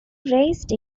raised